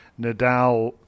Nadal